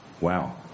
Wow